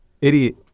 Idiot